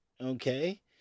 okay